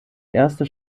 erste